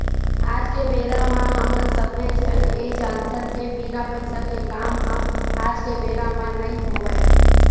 आज के बेरा म हमन सब्बे झन ये जानथन के बिना पइसा के काम ह आज के बेरा म नइ होवय